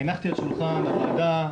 הנחתי על שולחן הוועדה,